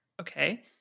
Okay